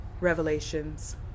revelations